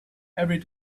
every